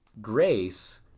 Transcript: grace